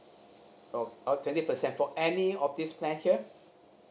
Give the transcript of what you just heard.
oh oh twenty percent for any of this plan here